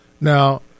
Now